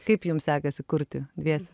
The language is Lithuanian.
kaip jums sekasi kurti dviese